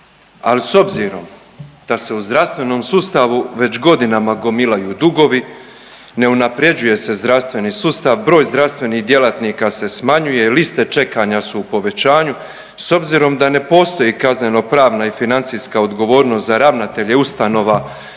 Ali s obzirom da se u zdravstvenom sustavu već godinama gomilaju dugovi, ne unapređuje se zdravstveni sustav, broj zdravstvenih djelatnika se smanjuje, liste čekanja su u povećanju, s obzirom da ne postoji kaznenopravna i financijska odgovornost za ravnatelje ustanova